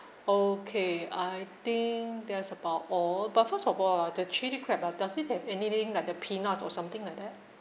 okay I think there's about all but first of all ah the chilli crab ah does it have anything like the peanuts or something like that